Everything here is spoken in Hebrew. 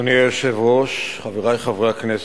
אדוני היושב-ראש, חברי חברי הכנסת,